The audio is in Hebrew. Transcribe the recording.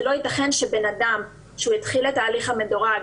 לא יתכן שאדם שהחל תהליך מדורג,